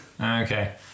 Okay